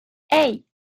hey